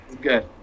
Good